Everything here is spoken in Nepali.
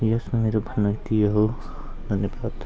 यसमा मेरो भनाइ त्यही हो धन्यवाद